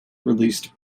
released